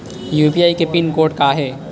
UPI के pin code का हे?